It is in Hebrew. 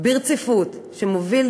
ברציפות שהוא מוביל,